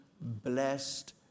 blessed